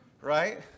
right